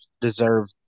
deserve